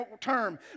term